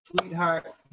sweetheart